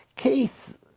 Keith